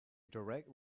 direct